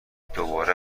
دوباره